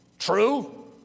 True